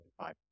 five